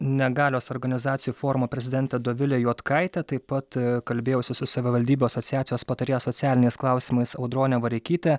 negalios organizacijų forumo prezidentė dovilė juodkaitė taip pat kalbėjausi su savivaldybių asociacijos patarėja socialiniais klausimais audrone vareikyte